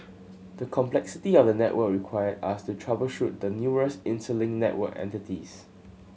the complexity of the network required us to troubleshoot the numerous interlinked network entities